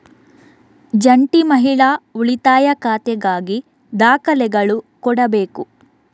ಜಂಟಿ ಮಹಿಳಾ ಉಳಿತಾಯ ಖಾತೆಗಾಗಿ ದಾಖಲೆಗಳು ಕೊಡಬೇಕು